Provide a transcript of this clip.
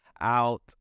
out